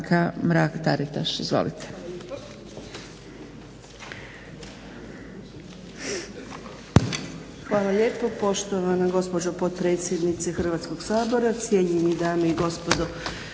Hvala lijepo poštovana gospođo potpredsjednice Hrvatskog sabora, cijenjene dame i gospodo